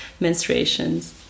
menstruations